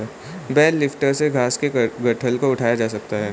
bell lifter से घास के गट्ठल को उठाया जा सकता है